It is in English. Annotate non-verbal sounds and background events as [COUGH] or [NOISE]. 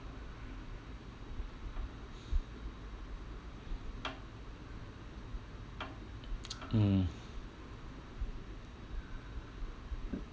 [BREATH] mm